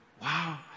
Wow